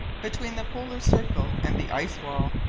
between the polar circle and the ice wall.